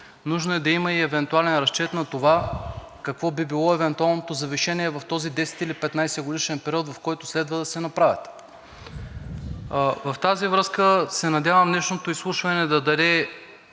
Нужно е да има и евентуален разчет на това какво би било евентуалното завишение в този 10- или 15-годишен период, в който следва да се направят. В тази връзка се надявам днешното изслушване да даде